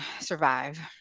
survive